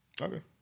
Okay